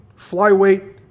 flyweight